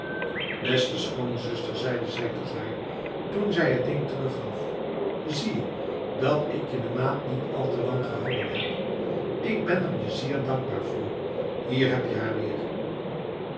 beste schoonzuster zeide zij tot haar toen zij het ding terug gaf je ziet dat ik je maat niet al te lang gehouden heb ik ben er je zeer dankbaar voor hier heb je haar weer